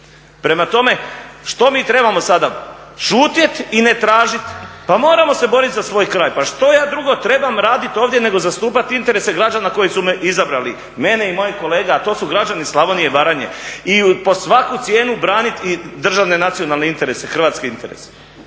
Prema tome, što mi trebamo sada, šutjet i ne tražit? Pa moramo se borit za svoj kraj, pa što ja drugo trebam radit ovdje nego zastupat interese građana koji su me izabrali, mene i moje kolege, a to su građani Slavonije i Baranje i po svaku cijenu branit državne nacionalne interese, hrvatske interese.